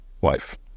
wife